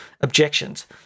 objections